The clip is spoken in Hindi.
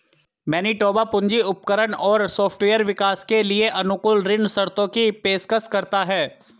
मैनिटोबा पूंजी उपकरण और सॉफ्टवेयर विकास के लिए अनुकूल ऋण शर्तों की पेशकश करता है